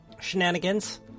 shenanigans